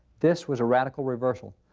this was a radical reversal.